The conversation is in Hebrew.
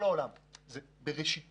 כלומר, זה תהליך שהוא בראשיתו.